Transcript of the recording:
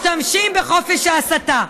משתמשים בחופש ההסתה.